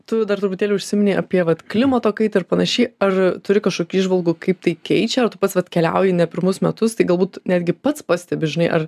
tu dar truputėlį užsiminei apie vat klimato kaitą ir panašiai ar turi kažkokių įžvalgų kaip tai keičia ar tu pats vat keliauji ne pirmus metus tai galbūt netgi pats pastebi žinai ar